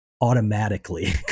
automatically